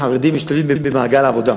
חרדים משתלבים במעגל העבודה.